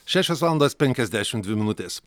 šešios valandos penkiasdešim dvi minutės